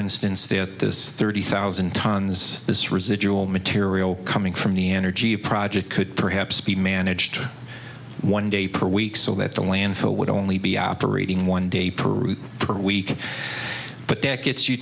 instance that this thirty thousand tonnes this residual material coming from the energy project could perhaps be managed one day per week so that the landfill would only be operating one day parade per week but that gets you